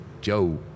Joe